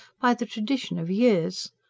by the tradition of years.